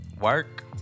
work